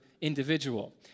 individual